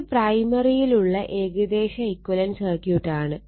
ഇത് പ്രൈമറിയിലുള്ള ഏകദേശ ഇക്വലന്റ് സർക്യൂട്ടാണ്